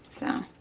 so.